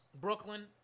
Brooklyn